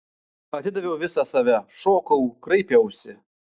atidaviau visą save šokau kraipiausi